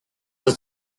was